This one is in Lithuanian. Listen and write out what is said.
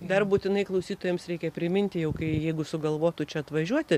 dar būtinai klausytojams reikia priminti jau kai jeigu sugalvotų čia atvažiuoti